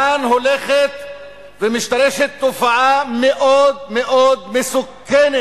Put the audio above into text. כאן הולכת ומשתרשת תופעה מאוד מאוד מסוכנת,